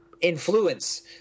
influence